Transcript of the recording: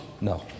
No